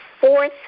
fourth